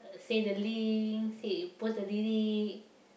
say the link say it post already